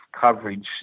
coverage